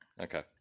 Okay